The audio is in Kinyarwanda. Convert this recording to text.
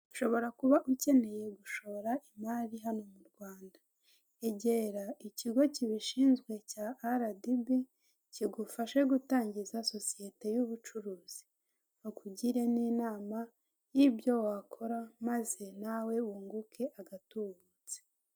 Ushobora kuba ukeneye gushora imari hano mu rwanda yegera ikigo kibishinzwe cya aradibi kigufashe gutangiza sosiyete y'ubucuruzi bakugire n'inama y'ibyo wakora maze nawe wunguke agatubutse.